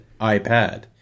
iPad